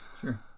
sure